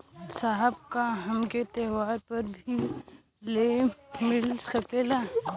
साहब का हमके त्योहार पर भी लों मिल सकेला?